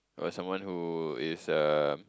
uh someone who is a